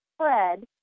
spread